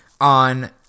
on